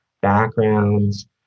backgrounds